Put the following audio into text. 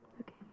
Okay